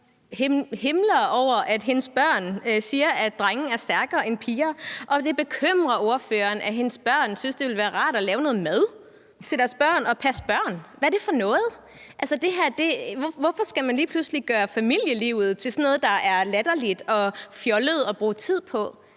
himler over, at hendes børn siger, at drenge er stærkere end piger, og at det bekymrer ordføreren, at hendes børn synes, at det ville være rart at lave noget mad til deres børn og passe børn. Hvad er det for noget? Hvorfor skal man lige pludselig gøre familielivet til sådan noget, der er latterligt og fjollet at bruge tid på?